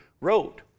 wrote